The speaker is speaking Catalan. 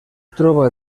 troba